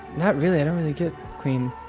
not really. i don't really get queen.